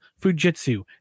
Fujitsu